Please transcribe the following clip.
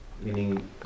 meaning